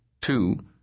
Two